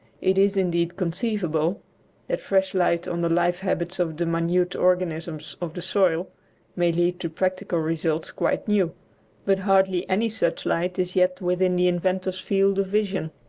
it is, indeed, conceivable that fresh light on the life habits of the minute organisms of the soil may lead to practical results quite new but hardly any such light is yet within the inventor's field of vision.